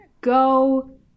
go